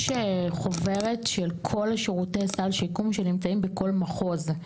יש חוברת של כל שירותי סל השיקום שנמצאים בכל מחוז.